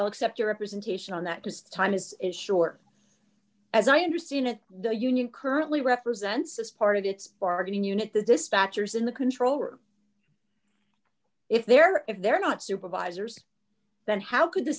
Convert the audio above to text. accept your representation on that as time is short as i understand it the union currently represents as part of its bargaining unit the dispatchers and the controller if they're if they're not supervisors then how could the